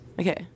Okay